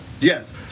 Yes